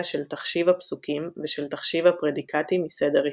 של תחשיב הפסוקים ושל תחשיב הפרדיקטים מסדר ראשון.